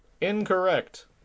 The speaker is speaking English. Incorrect